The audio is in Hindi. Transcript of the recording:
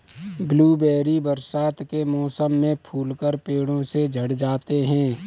ब्लूबेरी बरसात के मौसम में फूलकर पेड़ों से झड़ जाते हैं